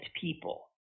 people